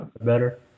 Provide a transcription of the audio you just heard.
better